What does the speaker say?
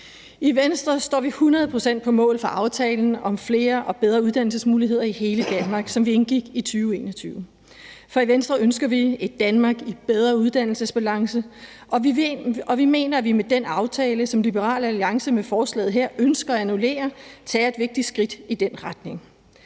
I Venstre står vi hundrede procent på mål for aftalen om flere og bedre uddannelsesmuligheder i hele Danmark, som vi indgik i 2021. For i Venstre ønsker vi et Danmark i bedre uddannelsesbalance, og vi mener, at vi med den aftale, som Liberal Alliance med forslaget her ønsker at annullere, tager et vigtigt skridt i den retning.